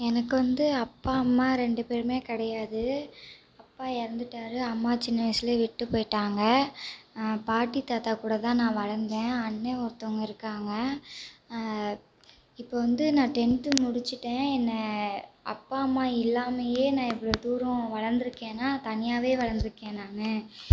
எனக்கு வந்து அப்பா அம்மா ரெண்டு பேருமே கிடையாது அப்பா இறந்துட்டாரு அம்மா சின்ன வயசுலயே விட்டு போயிட்டாங்க பாட்டி தாத்தா கூட தான் நான் வளர்ந்தேன் அண்ணேன் ஒருத்தவங்க இருக்காங்கள் இப்போ வந்து நான் டென்த்து முடிச்சுட்டேன் என்ன அப்பா அம்மா இல்லாமையே நான் இவ்வளோ தூரம் வளர்ந்து இருக்கேன்னா தனியாவே வளர்ந்துருக்கேன் நான்